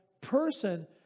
person